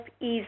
ease